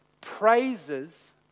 Praises